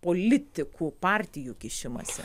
politikų partijų kišimąsi